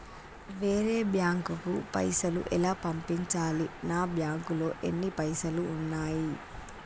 వేరే బ్యాంకుకు పైసలు ఎలా పంపించాలి? నా బ్యాంకులో ఎన్ని పైసలు ఉన్నాయి?